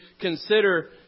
consider